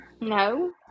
no